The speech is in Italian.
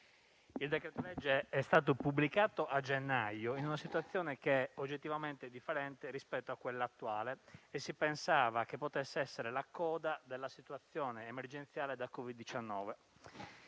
Il decreto-legge è stato pubblicato a gennaio in una situazione oggettivamente differente rispetto a quella attuale e si pensava che potesse essere la coda dell'emergenza da Covid-19.